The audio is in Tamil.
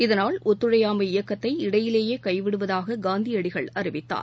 இதனால் ஒத்துழையாமை இயக்கத்தை இடையிலேயேகைவிடுவதாககாந்தியடிகள் அறிவித்தார்